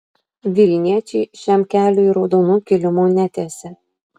vilniečiai šiam keliui raudonų kilimų netiesė